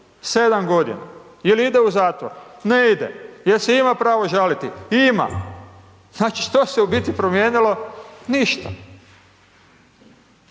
7 g. i jel ide u zatvor? Ne ide. Jel se ima pravo žaliti? Ima. Znači što se u biti promijenilo? Ništa.